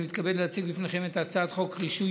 אני מתכבד להציג בפניכם את הצעת חוק רישוי